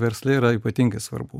versle yra ypatingai svarbu